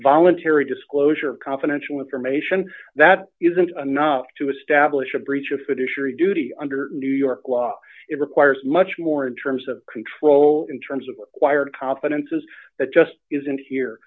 voluntary disclosure of confidential information that isn't enough to establish a breach of fiduciary duty under new york law d it requires much more in terms of control in terms of acquired confidences that just isn't here